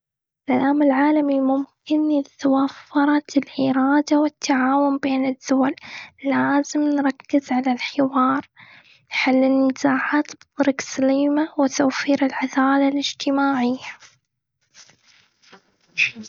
السلام العالمي ممكن، إذا توفرت الإرادة والتعاون بين الدول. لازم نركز على الحوار، حل النزاعات بطرق سليمة، وتوفير العدالة الإجتماعية.